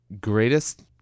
greatest